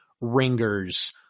ringers